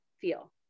feel